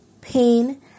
pain